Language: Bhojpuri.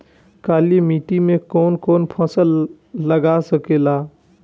काली मिट्टी मे कौन कौन फसल लाग सकेला?